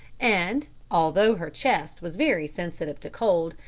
and, although her chest was very sensitive to cold,